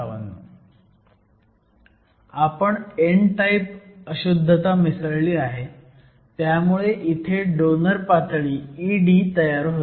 आपण n type अशुद्धता मिसळली आहे त्यामुळे इथे डोनर पातळी ED तयार होते